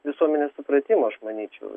visuomenės supratimo aš manyčiau